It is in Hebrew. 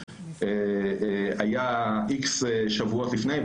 היה X שבועות לפני,